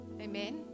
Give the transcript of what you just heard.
Amen